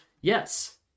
yes